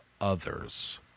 others